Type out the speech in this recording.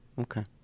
Okay